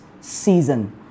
season